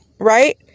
right